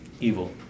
evil